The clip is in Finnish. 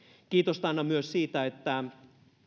kiitosta annan myös siitä että